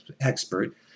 expert